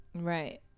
Right